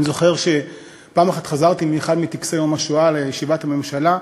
אני זוכר שפעם חזרתי מאחד מטקסי השואה לישיבת הממשלה,